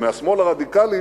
מהשמאל הרדיקלי,